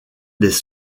des